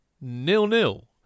nil-nil